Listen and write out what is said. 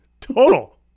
Total